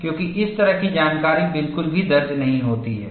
क्योंकि इस तरह की जानकारी बिल्कुल भी दर्ज नहीं होती है